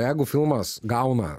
jeigu filmas gauna